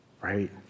right